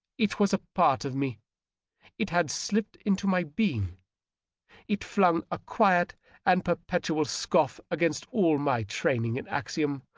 it was a part of me it had slipped into my being it flung a quiet and perpetual scoff against all my training in axiom,